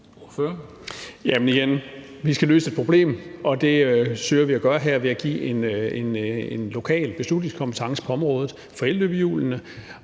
Vi skal løse et problem, og det søger vi at gøre her ved at give en lokal beslutningskompetence på området for elløbehjul.